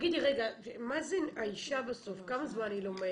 כמה זמן האישה לומדת?